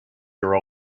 your